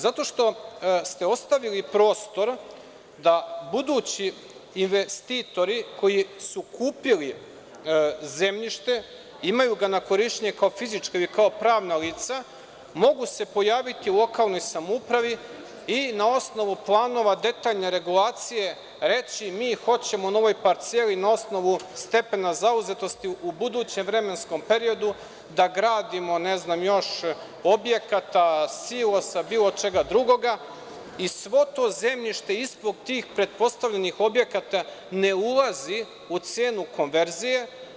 Zato što ste ostavili prostor da budući investitori koji su kupili zemljište, imaju ga na korišćenje kao fizička ili kao pravna lica, mogu se pojaviti u lokalnoj samoupravi i na osnovu planova detaljne regulacije reći – mi hoćemo na ovoj parceli na osnovu stepeni zauzetosti u budućem vremenskom periodu da gradimo još objekata, silosa, bilo čega drugog, i svo to zemljište ispod tih pretpostavljenih objekata ne ulazi u cenu konverzije.